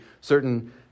certain